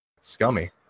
scummy